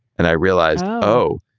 and i realized, oh,